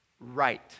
right